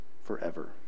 forever